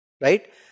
Right